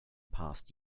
past